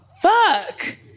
Fuck